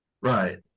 Right